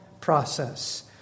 process